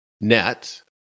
net